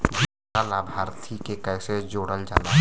दूसरा लाभार्थी के कैसे जोड़ल जाला?